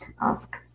ask